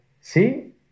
see